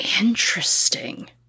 Interesting